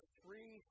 three